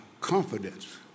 confidence